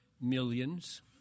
millions